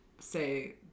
say